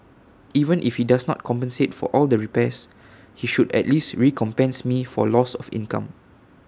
even if he does not compensate for all the repairs he should at least recompense me for loss of income